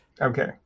Okay